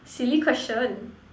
silly question